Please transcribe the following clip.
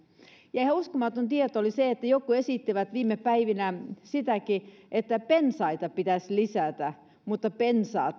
ihan uskomaton tieto oli se että jotkut esittivät viime päivinä sitäkin että pensaita pitäisi lisätä pensaat